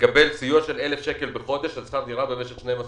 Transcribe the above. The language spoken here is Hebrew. מקבל סיוע בסך 1,000 שקלים בחודש לשכר דירה במשך 12 חודשים.